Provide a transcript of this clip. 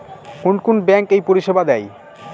কোন কোন ব্যাঙ্ক এই পরিষেবা দেয়?